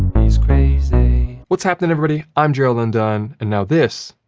he's crazy what's happening, everybody? i'm gerald undone and now this.